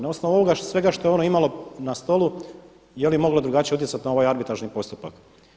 Na osnovu ovoga svega što je ono imalo na stolu, je li moglo drugačije utjecati na ovaj arbitražni postupak.